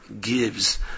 gives